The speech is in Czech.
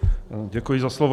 Děkuji za slovo.